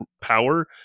power